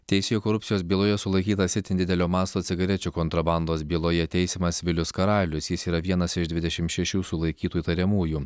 teisėjų korupcijos byloje sulaikytas itin didelio masto cigarečių kontrabandos byloje teisiamas vilius karalius jis yra vienas iš dvidešimt šešių sulaikytų įtariamųjų